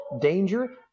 danger